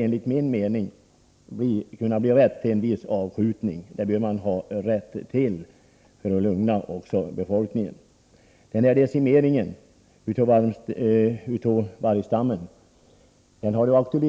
Enligt min mening bör man tillåta en viss avskjutning för att mildra oron bland befolkningen. En decimering av vargstammen